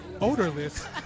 odorless